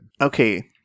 Okay